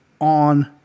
on